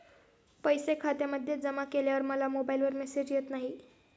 पैसे खात्यामध्ये जमा केल्यावर मला मोबाइलवर मेसेज येत नाही?